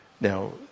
Now